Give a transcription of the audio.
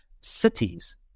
cities